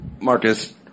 Marcus